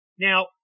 Now